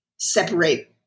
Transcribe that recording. separate